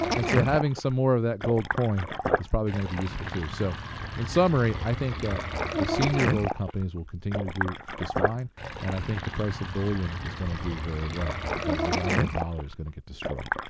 and so having so more of that gold coin is probably going to be useful, too. so in summary, i think that the senior gold companies will continue to do just fine and i think the price of bullion is going to do very well. because the value of the dollar is going to get destroyed.